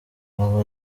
aba